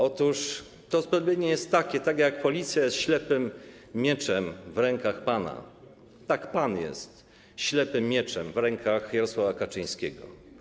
Otóż to usprawiedliwienie jest takie: tak jak Policja jest ślepym mieczem w pana rękach, tak pan jest ślepym mieczem w rękach Jarosława Kaczyńskiego.